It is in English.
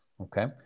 Okay